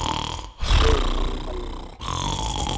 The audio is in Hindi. ठीक फ़ोन हम कर लेंगे